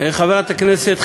חברת הכנסת,